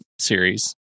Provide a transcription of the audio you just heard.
series